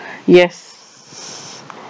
yes